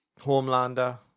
Homelander